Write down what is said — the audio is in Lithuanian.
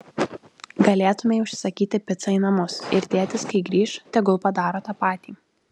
galėtumei užsisakyti picą į namus ir tėtis kai grįš tegul padaro tą patį